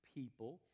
people